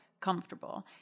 comfortable